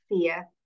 fear